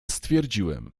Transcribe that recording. stwierdziłem